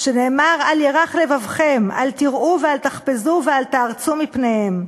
"שנאמר 'אל ירך לבבכם אל תיראו ואל תחפזו ואל תערצו מפניהם'.